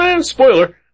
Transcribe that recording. spoiler